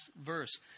verse